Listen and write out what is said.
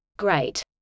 great